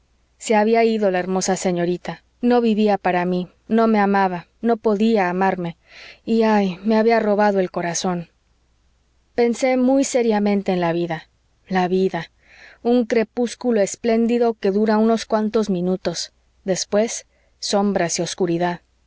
se había ido la hermosa señorita no vivía para mí no me amaba no podía amarme y ay me había robado el corazón pensé muy seriamente en la vida la vida un crepúsculo espléndido que dura unos cuantos minutos después sombras y obscuridad